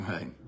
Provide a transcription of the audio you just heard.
Right